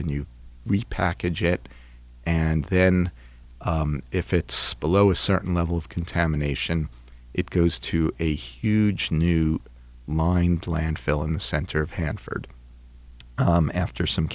and you repackage it and then if it's below a certain level of contamination it goes to a huge new mind landfill in the center of hanford after some